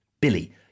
Billy